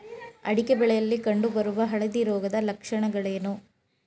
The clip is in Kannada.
ಅಡಿಕೆ ಬೆಳೆಯಲ್ಲಿ ಕಂಡು ಬರುವ ಹಳದಿ ರೋಗದ ಲಕ್ಷಣಗಳೇನು?